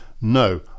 no